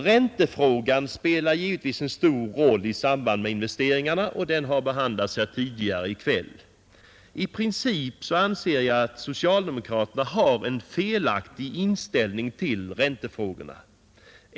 Räntefrågan spelar givetvis en stor roll i samband med investeringarna, och den har behandlats här tidigare i kväll. I princip anser jag att socialdemokraterna har en felaktig inställning till räntefrågorna.